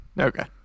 Okay